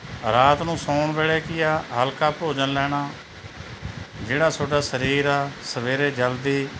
ਰਾਤ ਨੂੰ ਸੌਣ ਵੇਲੇ ਕੀ ਆ ਹਲਕਾ ਭੋਜਨ ਲੈਣਾ ਜਿਹੜਾ ਤੁਹਾਡਾ ਸਰੀਰ ਆ ਸਵੇਰੇ ਜਲਦੀ